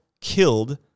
killed